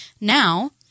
Now